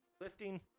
lifting